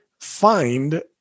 find